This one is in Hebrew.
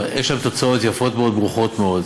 אבל יש שם תוצאות יפות מאוד וברוכות מאוד.